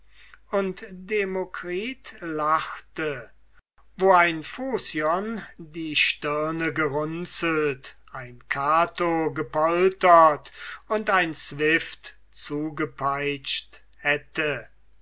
und demokritus lachte wo ein phocion die stirne gerunzelt ein cato gepoltert und ein swift zugepeitscht hätte